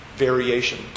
Variation